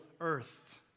earth